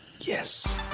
Yes